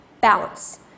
balance